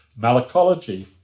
Malacology